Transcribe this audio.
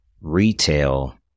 Retail